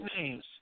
names